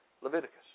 Leviticus